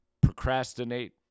procrastinate